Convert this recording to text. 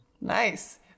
Nice